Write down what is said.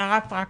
הערה פרקטית.